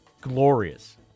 Glorious